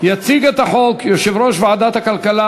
בשמו של יושב-ראש ועדת החוקה,